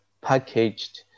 packaged